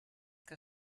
que